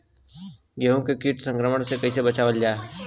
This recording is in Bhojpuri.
गेहूँ के कीट संक्रमण से कइसे बचावल जा?